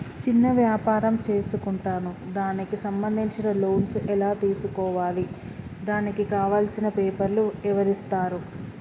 చిన్న వ్యాపారం చేసుకుంటాను దానికి సంబంధించిన లోన్స్ ఎలా తెలుసుకోవాలి దానికి కావాల్సిన పేపర్లు ఎవరిస్తారు?